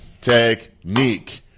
technique